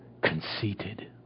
conceited